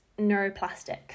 neuroplastic